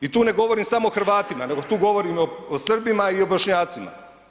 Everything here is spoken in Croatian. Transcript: I tu ne govorim samo o Hrvatima nego tu govorim i o Srbima i o Bošnjacima.